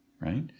right